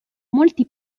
molti